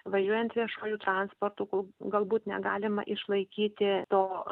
važiuojant viešuoju transportu ko galbūt negalima išlaikyti to